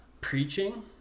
preaching